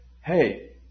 hey